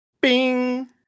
bing